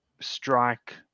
strike